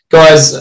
Guys